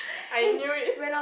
I knew it